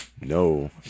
no